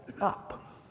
up